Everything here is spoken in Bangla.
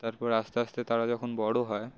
তারপর আস্তে আস্তে তারা যখন বড়ো হয়